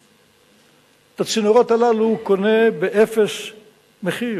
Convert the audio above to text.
את הצינורות האלה הוא קונה באפס מחיר,